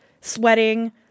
sweating